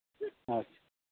ᱟᱪᱪᱷᱟ